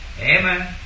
Amen